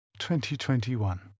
2021